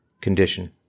condition